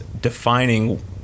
defining